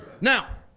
now